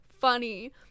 funny